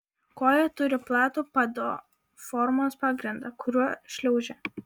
koja turi platų pado formos pagrindą kuriuo šliaužia